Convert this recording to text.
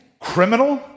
Criminal